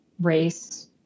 race